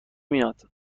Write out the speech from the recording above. میاد